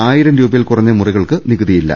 ആയിരം രൂപയിൽ കുറഞ്ഞ മുറികൾക്ക് നികുതിയില്ല